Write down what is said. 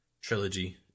trilogy